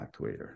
actuator